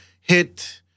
hit